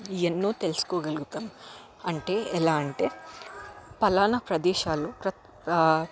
ఎన్నో తెలుసుకోగలుగుతాము అంటే ఎలా అంటే పలానా ప్రదేశాలు ప్రతి